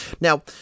Now